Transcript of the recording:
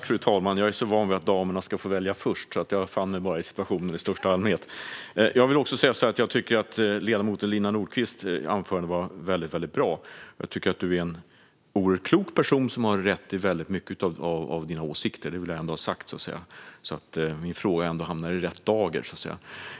Fru talman! Jag tycker att ledamoten Lina Nordquists anförande var väldigt bra. Du är en oerhört klok person som har rätt i väldigt mycket av dina åsikter - det vill jag ändå ha sagt, så att min fråga hamnar i rätt dager.